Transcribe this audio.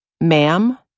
Ma'am